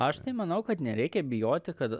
aš tai manau kad nereikia bijoti kad